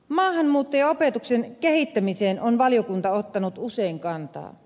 maahanmuuttajaopetuksen kehittämiseen on valiokunta ottanut usein kantaa